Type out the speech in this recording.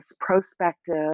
prospective